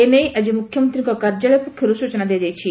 ଏ ନେଇ ଆଜି ମୁଖ୍ୟମନ୍ତୀଙ୍କ କାର୍ଯ୍ୟାଳୟ ପକ୍ଷରୁ ସୂଚନା ଦିଆଯାଇଛି